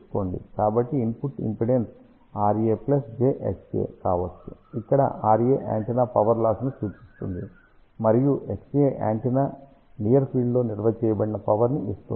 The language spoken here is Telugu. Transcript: కాబట్టి ఇన్పుట్ ఇంపిడెన్స్ RA jXA కావచ్చు ఇక్కడ RA యాంటెన్నా పవర్ లాస్ ని సూచిస్తుంది మరియు XA యాంటెన్నా నియర్ ఫీల్డ్ లో నిల్వ చేయబడిన పవర్ ని ఇస్తుంది